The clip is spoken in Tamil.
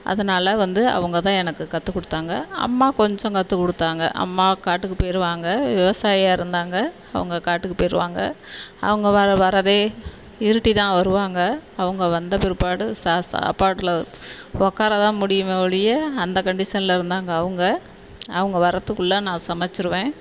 அதனால வந்து அவங்க தான் எனக்கு கற்றுக் கொடுத்தாங்க அம்மா கொஞ்சம் கற்றுக் கொடுத்தாங்க அம்மா காட்டுக்கு போய்ருவாங்க விவசாயா இருந்தாங்க அவங்க காட்டுக்கு போயிருவாங்க அவங்க வர வரதே இருட்டிதான் வருவாங்க அவங்க வந்த பிற்பாடு சா சாப்பாடில் உக்கார தான் முடியும் ஒழிய அந்த கன்டிஷனில் இருந்தாங்க அவங்க அவங்க வர்றதுக்குள்ளே நான் சமைச்சிருவேன்